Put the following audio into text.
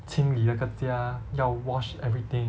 清理那个家要 wash everything